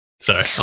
Sorry